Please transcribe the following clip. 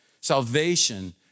Salvation